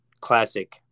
classic